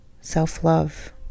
self-love